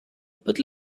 but